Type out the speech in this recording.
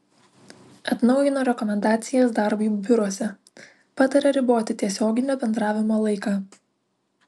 atnaujino rekomendacijas darbui biuruose pataria riboti tiesioginio bendravimo laiką